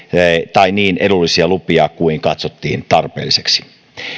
tai niin edullisia lupia kuin katsottiin tarpeelliseksi